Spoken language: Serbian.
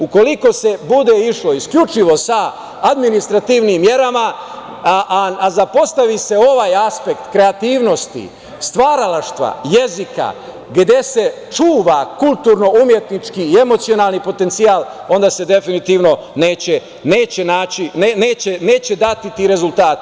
Ukoliko se bude išlo isključivo sa administrativnim merama a zapostavi se ovaj aspekt kreativnosti, stvaralaštva jezika, gde se čuva kulturno-umetnički i emocionalni potencijal, onda se definitivno neće dati ti rezultati.